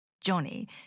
Johnny